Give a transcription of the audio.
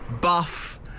buff